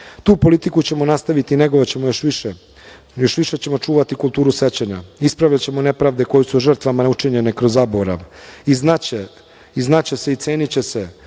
Tu politiku ćemo nastaviti i negovaćemo je još više. još više ćemo čuvati kulturu sećanja, ispravljaćemo nepravde koje su žrtvama učinjene kroz zaborav. Znaće se i ceniće se